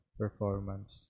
performance